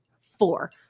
four